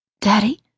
Daddy